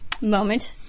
moment